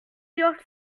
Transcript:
york